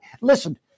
listen